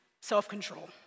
self-control